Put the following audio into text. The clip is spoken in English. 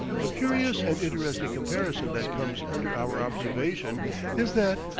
a curious and interesting comparison that comes under our observation is that,